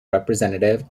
representative